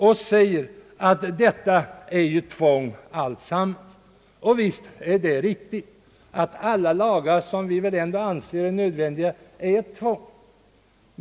Han sade att detta är tvång alltsammans, och visst är det riktigt att alla lagar — som vi väl ändå anser nödvändiga — innebär ett tvång.